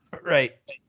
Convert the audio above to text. right